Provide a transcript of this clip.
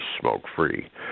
smoke-free